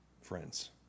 friends